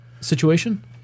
situation